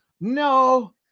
No